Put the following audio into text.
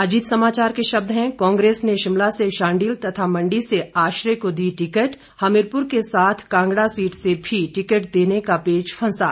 अजीत समाचार के शब्द हैं कांग्रेस ने शिमला से शांडिल तथा मंडी से आश्रय को दी टिकट हमीरपुर के साथ कांगड़ा सीट से भी टिकट देने का पेच फंसा